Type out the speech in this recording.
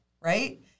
right